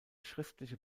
schriftliche